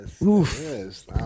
Yes